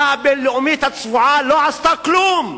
והקהילה הבין-לאומית הצבועה לא עשתה כלום.